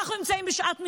אנחנו נמצאים בשעת מלחמה,